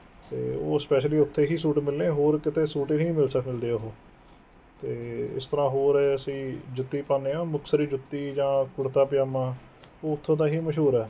ਅਤੇ ਉਹ ਸਪੈਸ਼ਲੀ ਉੱਥੇ ਹੀ ਸੂਟ ਮਿਲਣੇ ਹੋਰ ਕਿਤੇ ਸੂਟ ਹੀ ਨਹੀਂ ਮਿਲ ਸਕਦੇ ਉਹ ਅਤੇ ਇਸ ਤਰ੍ਹਾਂ ਹੋਰ ਅਸੀਂ ਜੁੱਤੀ ਪਾਉਂਦੇ ਹਾਂ ਮੁਕਤਸਰੀ ਜੁੱਤੀ ਜਾਂ ਕੁੜਤਾ ਪਜਾਮਾ ਉਹ ਉੱਥੋਂ ਦਾ ਹੀ ਮਸ਼ਹੂਰ ਹੈ